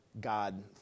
God